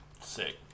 Sick